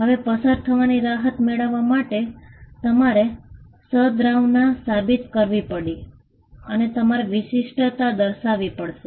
હવે પસાર થવાની રાહત મેળવવા માટે તમારે સદ્ભાવના સાબિત કરવી પડી અને તમારે વિશિષ્ટતા દર્શાવવી પડશે